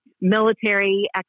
military